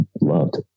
loved